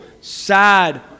sad